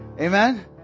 Amen